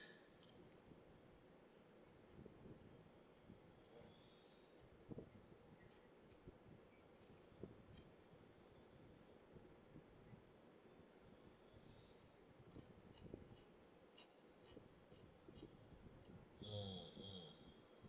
mmhmm